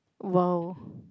!wow!